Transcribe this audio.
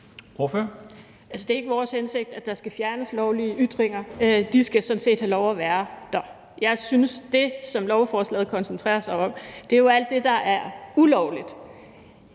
det er ikke vores hensigt, at der skal fjernes lovlige ytringer; de skal sådan set have lov at være der. Jeg synes, at det, som lovforslaget koncentrerer sig om, jo er alt det, der er ulovligt.